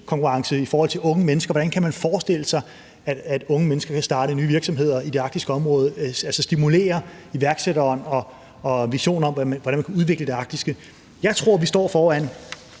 innovationskonkurrence forhold til unge mennesker. Hvordan kan man forestille sig, at unge mennesker vil starte nye virksomheder i det arktiske område? Altså stimulere iværksætterånd og visioner om, hvordan man kan udvikle det arktiske. Jeg tror, at vi står foran